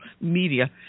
media